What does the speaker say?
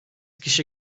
kişi